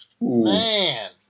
Man